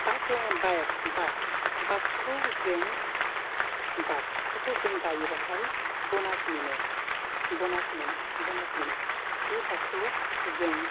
बाग लाइन भागखौ जों भागखौ जों गायोबाथाय बनास मोनो बनास मोनो बनास मोनो बे भागखौ जों